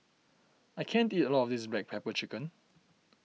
I can't eat all of this Black Pepper Chicken